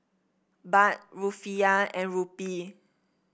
Baht Rufiyaa and Rupee